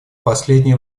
последнее